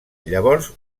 llavors